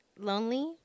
Lonely